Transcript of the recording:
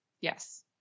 Yes